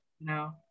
No